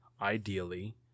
ideally